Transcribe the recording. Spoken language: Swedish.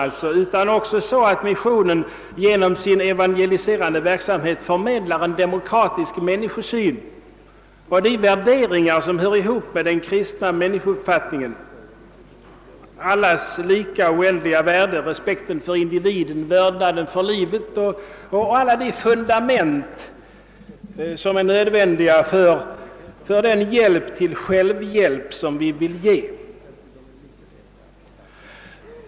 Därtill kommer att missionen genom sin evangeliserande verksamhet förmedlar en demokratisk människosyn och de värderingar som hör ihop med den kristna människouppfattningen: allas lika, oändliga värde, respekten för individen, vördnaden för livet och alla de fundament som är nödvändiga för den hjälp till självhjälp som vi vill ge.